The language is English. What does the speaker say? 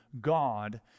God